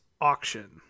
auction